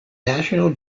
national